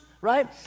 right